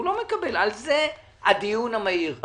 על זה הדיון המהיר.